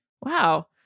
Wow